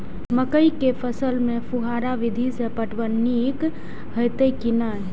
मकई के फसल में फुहारा विधि स पटवन नीक हेतै की नै?